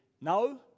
no